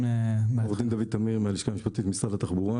עו"ד דוד טמיר, הלשכה המשפטית במשרד התחבורה.